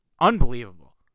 unbelievable